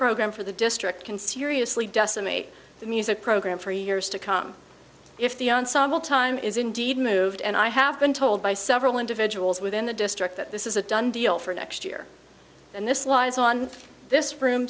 program for the district can seriously decimate the music program for years to come if the ensemble time is indeed moved and i have been told by several individuals within the district that this is a done deal for next year and this law is on this room